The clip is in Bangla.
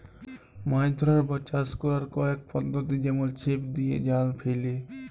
মাছ ধ্যরার বা চাষ ক্যরার কয়েক পদ্ধতি যেমল ছিপ দিঁয়ে, জাল ফ্যাইলে